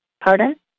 Pardon